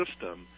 system